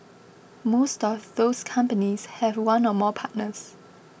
most of those companies have one or more partners